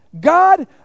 God